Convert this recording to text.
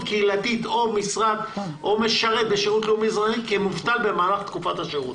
קהילתית או משרת בשירות לאומי אזרחי כמובטל במהלך תקופת השירות.